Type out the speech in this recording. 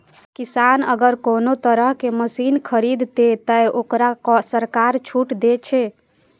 किसान अगर कोनो तरह के मशीन खरीद ते तय वोकरा सरकार छूट दे छे?